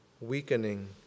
weakening